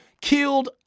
killed